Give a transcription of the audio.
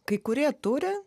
kai kurie turi